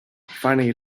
finding